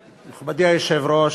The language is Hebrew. היושב-ראש,